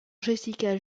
jessica